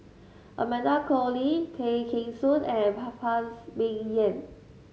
Amanda Koe Lee Tay Kheng Soon and Phan's Ming Yen